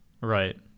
Right